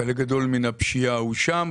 חלק גדול מן הפשיעה הוא שם,